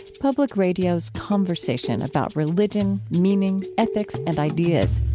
public radio's conversation about religion, meaning, ethics, and ideas.